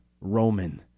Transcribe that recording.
Roman